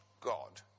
God